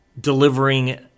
delivering